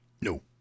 No